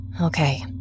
Okay